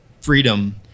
freedom